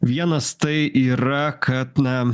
vienas tai yra kad na